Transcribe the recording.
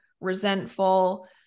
resentful